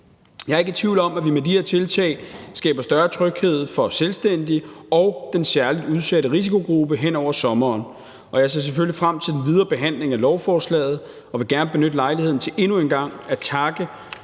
Jeg er ikke i tvivl om, at vi med de her tiltag skaber større tryghed for selvstændige og den særligt udsatte risikogruppe hen over sommeren, og jeg ser selvfølgelig frem til den videre behandling af lovforslaget. Jeg vil gerne benytte lejligheden til endnu en gang at takke